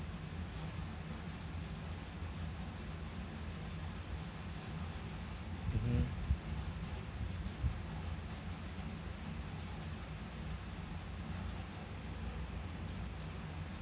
mmhmm